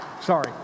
Sorry